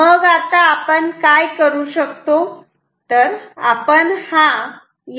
मग आता आपण काय करू शकतो